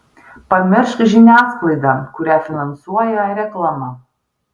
pamiršk žiniasklaidą kurią finansuoja reklama